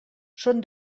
són